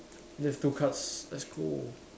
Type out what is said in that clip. left two cards let's go